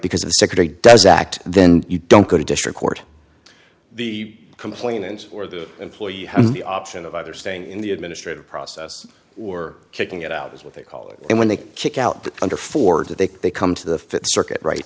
because the secretary does act then you don't go to district court the complainant or the employer you have the option of either staying in the administrative process or kicking it out is what they call it and when they kick out the under ford that they they come to the fifth circuit right